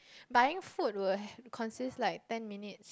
buying food were consist like ten minutes